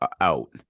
out